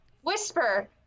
Whisper